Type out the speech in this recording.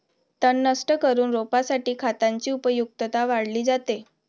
तण नष्ट करून रोपासाठी खतांची उपयुक्तता वाढवली जाते